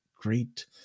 great